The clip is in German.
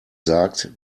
sagt